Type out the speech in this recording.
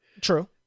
true